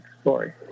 story